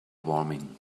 warming